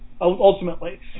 ultimately